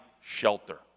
shelter